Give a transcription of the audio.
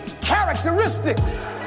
characteristics